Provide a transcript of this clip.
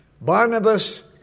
Barnabas